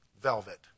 velvet